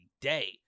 day